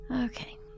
Okay